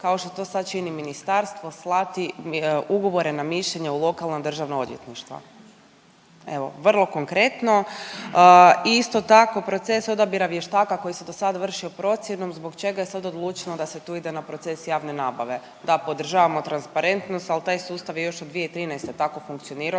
kao što sad čini ministarstvo, slati ugovore na mišljenje u lokalno državno odvjetništvo. Evo, vrlo konkretno. I isto tako proces odabira vještaka koji se do sad vršio procjenom, zbog čega je sad odlučeno da se tu ide na proces javne nabave. Da podržavamo transparentnost, ali taj sustav je još od 2013. tako funkcionirao,